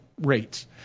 rates